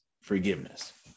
forgiveness